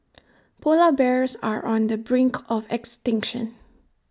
Polar Bears are on the brink of extinction